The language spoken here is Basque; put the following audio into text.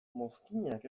mozkinak